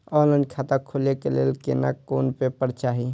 Online खाता खोले के लेल कोन कोन पेपर चाही?